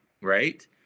right